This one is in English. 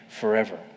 forever